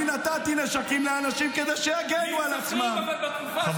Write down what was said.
אני נתתי להם נשקים לאנשים כדי שיגנו על עצמם.